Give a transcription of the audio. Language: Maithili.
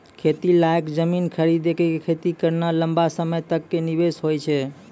खेती लायक जमीन खरीदी कॅ खेती करना लंबा समय तक कॅ निवेश होय छै